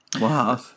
Wow